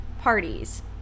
parties